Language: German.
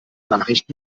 nachricht